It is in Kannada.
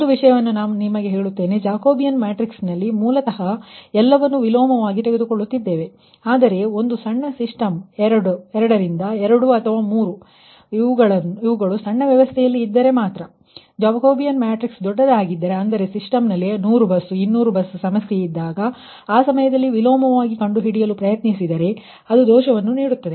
ಒಂದು ವಿಷಯವನ್ನು ನಾನು ನಿಮಗೆ ಹೇಳುತ್ತೇನೆ ಜಾಕೋಬಿಯನ್ ಮ್ಯಾಟ್ರಿಕ್ಸ್ನಲ್ಲಿ ಮೂಲತಃ ಇಲ್ಲಿ ಎಲ್ಲವನ್ನು ವಿಲೋಮವಾಗಿ ತೆಗೆದುಕೊಳ್ಳುತ್ತಿದ್ದೇವೆ ಆದರೆ ಒಂದು ಸಣ್ಣ ಸಿಸ್ಟಮ್ 2 ರಿಂದ 2 ಅಥವಾ 3 ರಿಂದ 3 ಇವುಗಳು ಸಣ್ಣ ವ್ಯವಸ್ಥೆಯಲ್ಲಿ ಇದ್ದರೆ ಮಾತ್ರ ಆದರೆ ಜಾಕೋಬಿಯನ್ ಮ್ಯಾಟ್ರಿಕ್ಸ್ ದೊಡ್ಡದಾಗಿದ್ದರೆ ಅಂದರೆ ಸಿಸ್ಟಮ್ ನಲ್ಲಿ 100 ಬಸ್ 200 ಬಸ್ ಸಮಸ್ಯೆ ಇದ್ದಾಗ ಆ ಸಮಯದಲ್ಲಿ ವಿಲೋಮವಾಗಿ ಕಂಡುಹಿಡಿಯಲು ಪ್ರಯತ್ನಿಸಿದರೆ ಅದು ದೋಷವನ್ನು ನೀಡುತ್ತದೆ